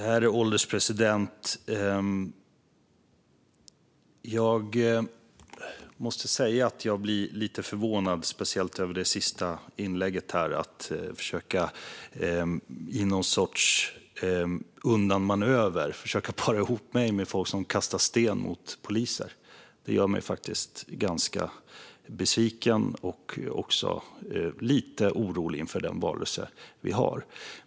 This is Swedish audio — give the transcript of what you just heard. Herr ålderspresident! Jag måste säga att jag blir lite förvånad, speciellt över det sista i inlägget. I någon sorts undanmanöver försöker man para ihop mig med någon som kastar sten mot poliser. Det gör mig faktiskt ganska besviken och också lite orolig inför den valrörelse vi har framför oss.